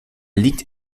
liegt